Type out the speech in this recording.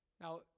Now